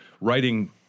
writing